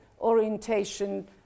orientation